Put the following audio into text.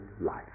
life